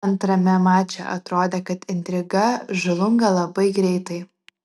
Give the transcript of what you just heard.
antrame mače atrodė kad intriga žlunga labai greitai